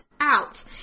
out